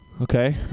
Okay